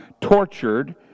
tortured